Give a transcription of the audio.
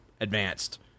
advanced